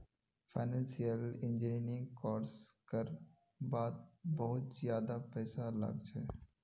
financial engineering course कर वात बहुत ज्यादा पैसा लाग छे